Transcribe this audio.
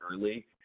early